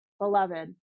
Beloved